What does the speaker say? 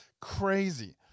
Crazy